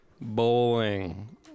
Bowling